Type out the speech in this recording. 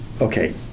okay